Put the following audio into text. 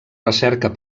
recerca